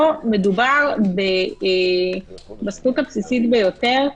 פה מדובר בזכות הבסיסית ביותר,